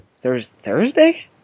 Thursday